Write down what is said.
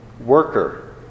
worker